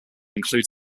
include